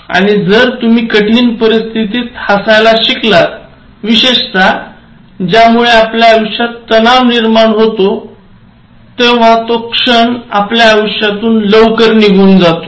आणि जर तुम्ही कठीण परिस्थितीत हसायला शिकलात विशेषतः ज्यामुळे आपल्या आयुष्यात तणाव निर्माण होतो तेव्हा तो क्षण आपल्या आयुष्यातून लवकर निघून जातो